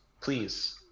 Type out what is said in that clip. please